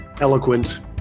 eloquent